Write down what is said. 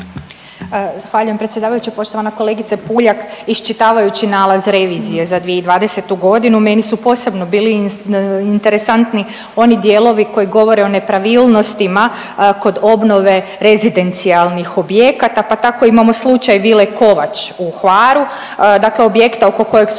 Zahvaljujem predsjedavajući. Poštovana kolegice Puljak. Iščitavajući nalaz revizije za 2020.g. meni su posebno bili interesantni oni dijelovi koji govore o nepravilnostima kod obnove rezidencijalnih objekata pa tako imamo slučaj Vile Kovač u Hvaru dakle objekta oko kojeg su